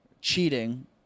cheating